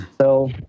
So-